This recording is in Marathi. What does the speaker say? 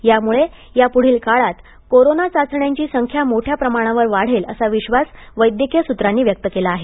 त्यामुळे यापुढील काळात कोरोना चाचण्यांची संख्या मोठ्या प्रमाणावर वाढेल असा विश्वास वैद्यकीय सूत्रांनी व्यक्त केला आहे